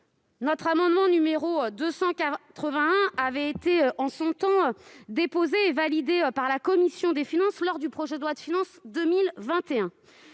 Notre amendement n° 281 avait été, en son temps, déposé et validé par la commission des finances lors de l'examen du projet de loi de finances pour